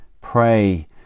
Pray